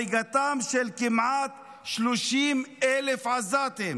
הריגתם של כמעט 30,000 עזתים,